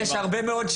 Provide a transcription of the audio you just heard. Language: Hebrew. שהם לא אור אדום,